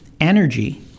Energy